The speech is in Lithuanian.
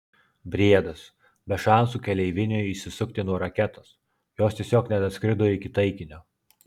briedas be šansų keleiviniui išsisukti nuo raketos jos tiesiog nedaskrido iki taikinio